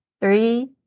three